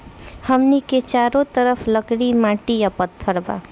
हमनी के चारो तरफ लकड़ी माटी आ पत्थर बा